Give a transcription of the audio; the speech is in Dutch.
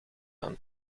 van